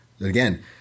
Again